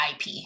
IP